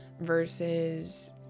versus